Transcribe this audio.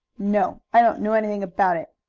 no. i don't know anything about it.